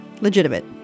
legitimate